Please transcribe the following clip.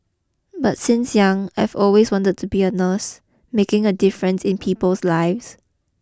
but since young I've always wanted to be a nurse making a difference in people's lives